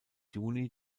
juni